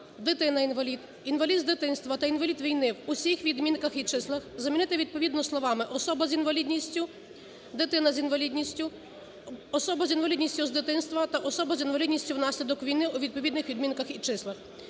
"дитина-інвалід", "інвалід з дитинства" та "інвалід війни" в усіх відмінках і числах замінити відповідно словами "особа з інвалідністю", "дитина з інвалідністю", "особа з інвалідністю з дитинства" та "особа з інвалідністю внаслідок війни" у відповідних відмінках і числах.